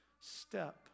step